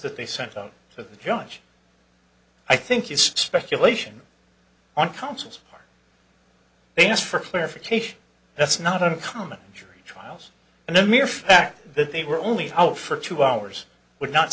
that they sent out so the judge i think it's speculation on counsel's part they asked for clarification that's not uncommon jury trials and the mere fact that they were only out for two hours would not